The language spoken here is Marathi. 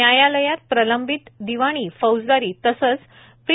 न्यायालयात प्रलंबित दिवाणी फौजदारी तसेच प्री